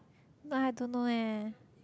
no I don't know eh